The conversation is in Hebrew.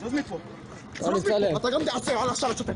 סיון תהל מהאגודה לזכויות האזרח,